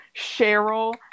Cheryl